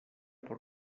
por